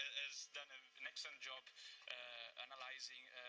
has done an an excellent job analyzing,